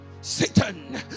satan